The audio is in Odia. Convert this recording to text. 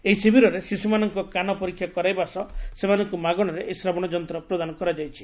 ଏହି ଶିବିରରେ ଶିଶ୍ରମାନଙ୍କ କାନ ପରୀକ୍ଷା କରାଇବା ସହ ସେମାନଙ୍କୁ ମାଗଶାରେ ଏହି ଶ୍ରବଣ ଯନ୍ତ ପ୍ରଦାନ କରାଯାଇଛି